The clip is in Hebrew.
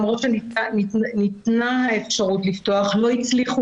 למרות שניתנה האפשרות לפתוח לא הצליחו